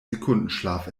sekundenschlaf